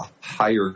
higher